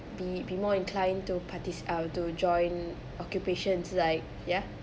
be be more inclined to partici~ uh to join occupations like ya